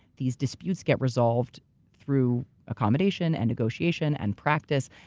these disputes get resolved through accommodation and negotiation and practice.